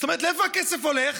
זאת אומרת, לאיפה הכסף הולך?